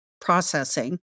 processing